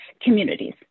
communities